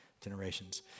generations